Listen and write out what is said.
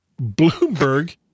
Bloomberg